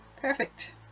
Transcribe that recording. Perfect